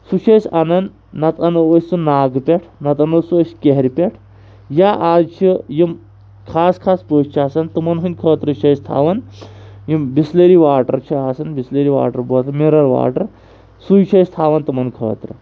سُہ چھِ أسۍ اَنان نَتہٕ اَنو أسۍ سُہ ناگہٕ پٮ۪ٹھ نَتہٕ اَنو سُہ أسۍ کیرِ پٮ۪ٹھ یا اَز چھِ یِم خاص خاص پٔژھ چھِ آسان تِمَن ہںٛدۍ خٲطرٕ چھِ أسۍ تھَوان یِم بِسلٔری واٹَر چھِ آسان بِسلٔری واٹَر بٲتلہٕ مِنرَل واٹَر سُے چھِ أسۍ تھَوان تِمَن خٲطرٕ